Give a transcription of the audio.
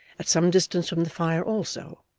at some distance from the fire also,